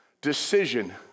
decision